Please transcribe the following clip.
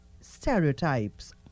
stereotypes